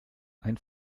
ein